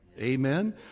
Amen